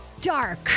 Dark